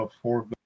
four